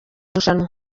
rushanwa